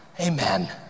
Amen